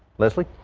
leslie